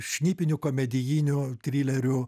šnipinių komedijinių trilerių